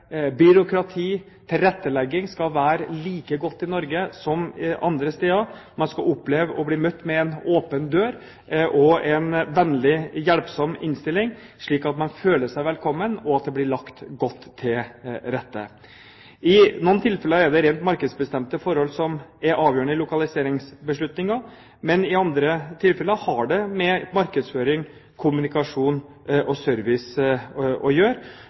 byråkrati og tilrettelegging skal være like godt i Norge som andre steder. Man skal oppleve å bli møtt med åpen dør og en vennlig, hjelpsom innstilling, slik at man føler seg velkommen og at det blir lagt godt til rette. I noen tilfeller er det rent markedsbestemte forhold som er avgjørende i lokaliseringsbeslutningen, men i andre tilfeller har det med markedsføring, kommunikasjon og service å gjøre.